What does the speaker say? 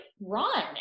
run